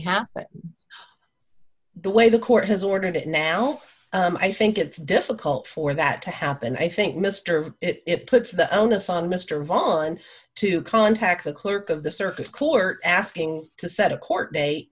have the way the court has ordered it now i think it's difficult for that to happen i think mr it puts the onus on mr vaughan to contact the clerk of the circuit cooler asking to set a court date